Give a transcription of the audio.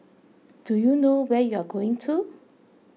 do you know where you're going to